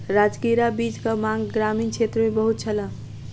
राजगिरा बीजक मांग ग्रामीण क्षेत्र मे बहुत छल